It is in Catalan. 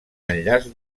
enllaç